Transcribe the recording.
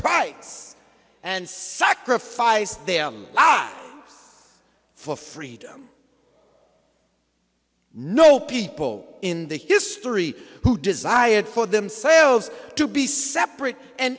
price and sacrifice them i was for freedom no people in the history who desired for themselves to be separate and